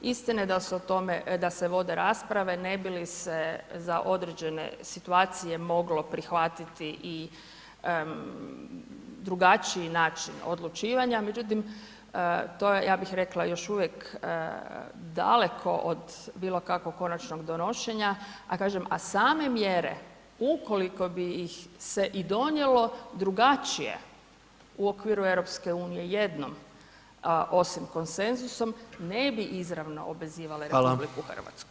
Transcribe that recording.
Istina je da se o tome, da se vode rasprave ne bi li se za određene situacije moglo prihvatiti i drugačiji način odlučivanja, međutim, to je ja bih rekla još uvijek daleko od bilo kakvog konačnog donošenja, a kažem a same mjere ukoliko bi ih se i donijelo drugačije u okviru EU jednom osim konsenzusom, ne bi izravno obvezivale [[Upadica: Hvala]] RH.